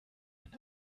wenn